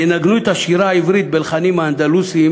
ינגנו את השירה העברית בלחנים האנדלוסיים